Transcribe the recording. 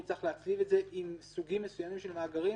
הוא צריך להצליב את זה עם סוגים מסוימים של מאגרים